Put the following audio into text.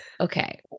Okay